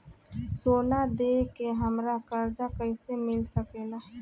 सोना दे के हमरा कर्जा कईसे मिल सकेला?